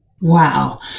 Wow